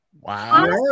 wow